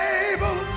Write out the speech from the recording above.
able